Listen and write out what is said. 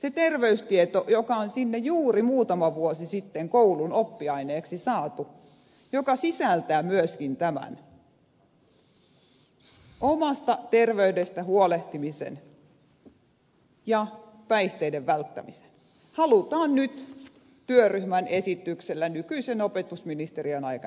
se terveystieto joka on sinne juuri muutama vuosi sitten koulun oppiaineeksi saatu joka sisältää myöskin tämän omasta terveydestä huolehtimisen ja päihteiden välttämisen halutaan nyt työryhmän esityksellä nykyisen opetusministerin aikana poistaa